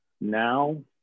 now